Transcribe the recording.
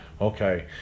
Okay